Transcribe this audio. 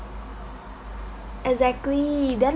exactly then